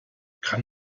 kann